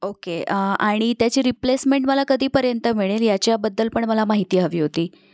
okay आणि त्याची replacement मला कधीपर्यंत मिळेल याच्याबद्दल पण मला माहिती हवी होती